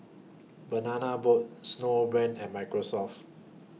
Banana Boat Snowbrand and Microsoft